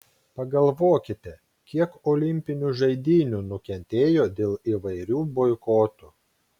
pagalvokite kiek olimpinių žaidynių nukentėjo dėl įvairių boikotų